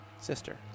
sister